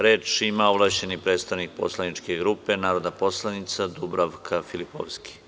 Reč ima ovlašćeni predstavnik poslaničke grupe, narodna poslanica Dubravka Filipovski.